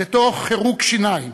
ותוך חירוק שיניים,